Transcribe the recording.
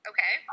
Okay